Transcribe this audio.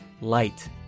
light